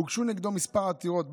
הוגשו נגדו כמה עתירות.